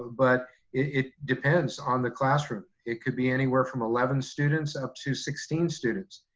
but it depends on the classroom. it could be anywhere from eleven students up to sixteen students.